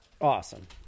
Awesome